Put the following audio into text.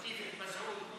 אני ומסעוד,